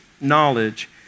Knowledge